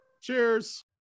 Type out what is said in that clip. Cheers